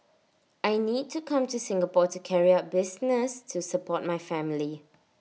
I need to come to Singapore to carry out business to support my family